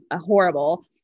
horrible